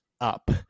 up